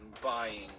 buying